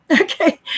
Okay